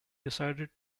decided